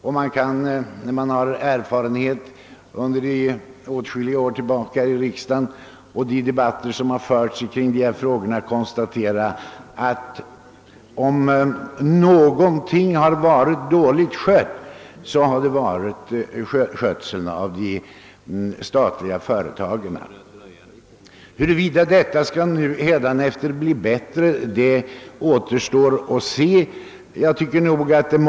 Sedan åtskilliga år har vi i arbetet här i riksdagen och av de debatter som förts kring dessa frågor måst konstatera att åtskilliga av de statliga företagen skötts mindre väl. Det återstår nu att se om det hädanefter skall bli bättre.